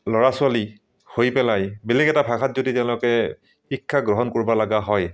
ল'ৰা ছোৱালী হৈ পেলাই বেলেগ এটা ভাষাত যদি তেওঁলোকে শিক্ষা গ্ৰহণ কৰিব লগা হয়